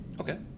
Okay